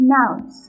Nouns